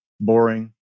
boring